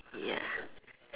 ya